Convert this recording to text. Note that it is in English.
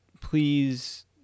please